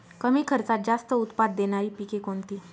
कमी खर्चात जास्त उत्पाद देणारी पिके कोणती?